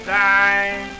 die